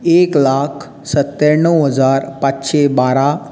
एक लाख सत्याणव हजार पांचशे बारा